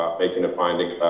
making a finding,